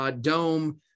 Dome